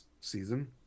season